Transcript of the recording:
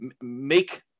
make